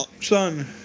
son